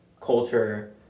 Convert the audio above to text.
culture